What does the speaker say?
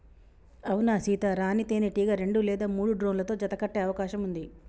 అవునా సీత, రాణీ తేనెటీగ రెండు లేదా మూడు డ్రోన్లతో జత కట్టె అవకాశం ఉంది